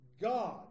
God